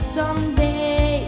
someday